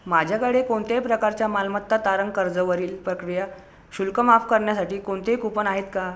माझ्याकडे कोणत्याही प्रकारच्या मालमत्ता तारण कर्जावरील प्रक्रिया शुल्क माफ करण्यासाठी कोणतेही कूपन आहेत का